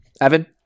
Evan